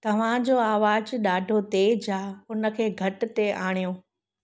तव्हांजो आवाज़ु ॾाढो तेज आहे उन खे घटि ते आणियो